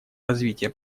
развития